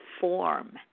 form